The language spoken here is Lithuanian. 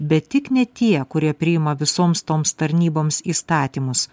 bet tik ne tie kurie priima visoms toms tarnyboms įstatymus